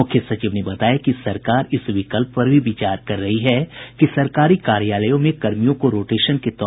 मुख्य सचिव ने बताया कि सरकार इस विकल्प पर भी विचार कर रही है कि सरकारी कार्यालयों में कर्मियों को रोटेशन के तौर पर बुलाया जाये